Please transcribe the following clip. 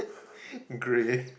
grey